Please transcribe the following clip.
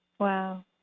Wow